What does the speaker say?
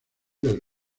del